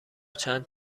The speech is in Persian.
چند